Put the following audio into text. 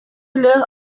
эле